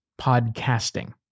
podcasting